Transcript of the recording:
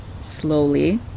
Slowly